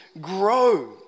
grow